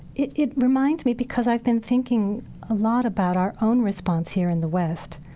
it it reminds me because i've been thinking a lot about our own response here in the west,